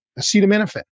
acetaminophen